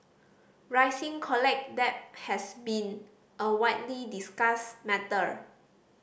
rising college debt has been a widely discussed matter